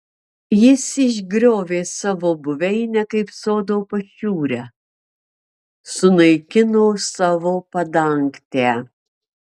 jis išgriovė savo buveinę kaip sodo pašiūrę sunaikino savo padangtę